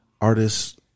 artists